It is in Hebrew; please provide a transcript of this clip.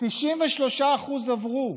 93% עברו.